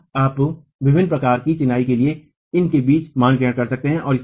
तो आप विभिन्न प्रकार की चिनाई के लिए इन के बीच मान ग्रहण कर सकते हैं